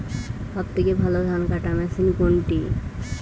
সবথেকে ভালো ধানকাটা মেশিন কোনটি?